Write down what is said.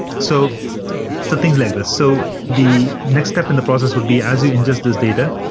so so things like this so the next step in the process would be as you ingest this data,